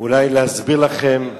להסביר לכם,